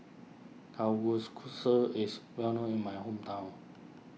is well known in my hometown